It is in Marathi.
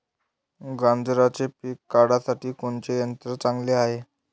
गांजराचं पिके काढासाठी कोनचे यंत्र चांगले हाय?